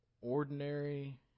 ordinary